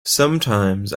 sometines